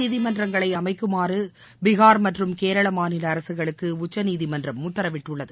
நீதிமன்றங்களை அமைக்குமாறு பீகார் மற்றும் கேரள மாநில அரசுகளுக்கு உச்சநீதிமன்றம் உத்தரவிட்டுள்ளது